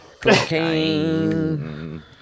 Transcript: Cocaine